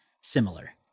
similar